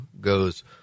goes